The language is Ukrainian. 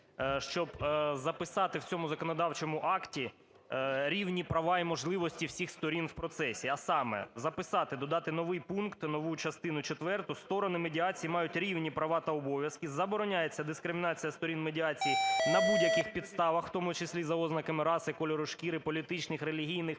щоб записати в цьому законодавчому акті рівні права і можливості всіх сторін в процесі, а саме – записати, додати новий пункт, нову частину четверту: "Сторони медіації мають рівні права та обов'язки. Забороняється дискримінація сторін медіації на будь-яких підставах, в тому числі й за ознаками раси, кольору шкіри, політичних, релігійних